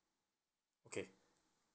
okay